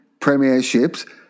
premierships